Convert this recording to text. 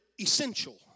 essential